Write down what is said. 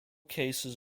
cases